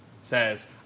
says